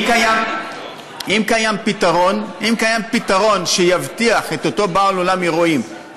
אם קיים פתרון שיבטיח לאותו בעל אולם אירועים,